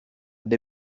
the